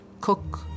cook